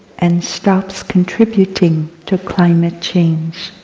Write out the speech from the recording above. and stops contributing to climate change.